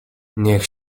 niech